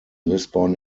lisbon